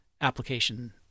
application